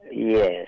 Yes